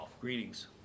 Greetings